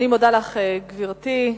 אני מודה לך, גברתי.